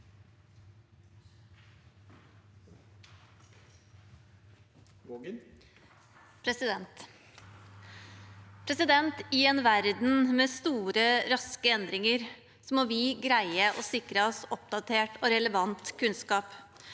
I en verden med store, raske endringer må vi greie å sikre oss oppdatert og relevant kunnskap